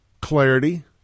clarity